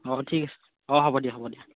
অ ঠিক আছে অ হ'ব দিয়া হ'ব দিয়া